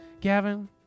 Gavin